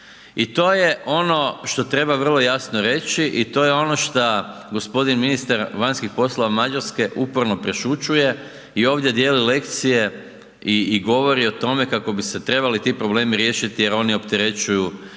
I to je ono što treba vrlo jasno reći i to je ono šta gospodin ministar vanjskih poslova Mađarske uporno prešućuje i ovdje dijeli lekcije i govori o tome kako bi se trebali ti problemi riješiti jer oni opterećuju